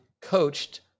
coached